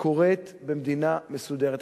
שקורית במדינה מסודרת.